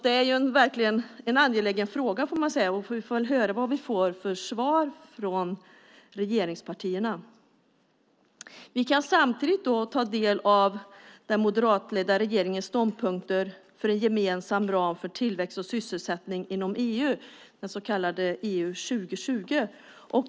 Det är en angelägen fråga, och vi får väl höra vad vi får för svar av regeringspartierna. Vi kan samtidigt ta del av den moderatledda regeringens ståndpunkter för en gemensam ram för tillväxt och sysselsättning inom EU, det så kallade EU 2020.